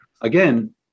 again